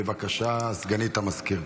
בבקשה, סגנית המזכיר.